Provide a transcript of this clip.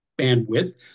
bandwidth